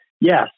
yes